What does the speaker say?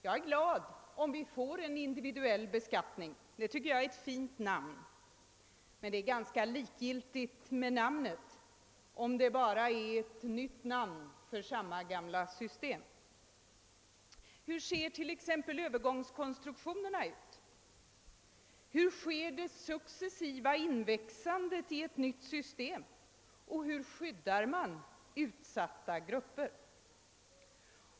Jag är glad om vi får en individuell beskattning. Det tycker jag är ett fint namn, men namnet är likgiltigt, om det bara är ett nytt namn på samma gamla system. Hur ser t.ex. övergångskonstruktionerna ut? Hur sker det successiva inväxandet i ett nytt system, och hur skyddar man utsatta grupper?